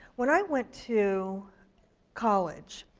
when i went to college,